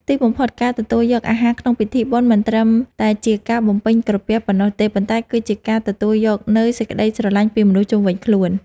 ទីបំផុតការទទួលយកអាហារក្នុងពិធីបុណ្យមិនត្រឹមតែជាការបំពេញក្រពះប៉ុណ្ណោះទេ ប៉ុន្តែគឺជាការទទួលយកនូវសេចក្តីស្រឡាញ់ពីមនុស្សជុំវិញខ្លួន។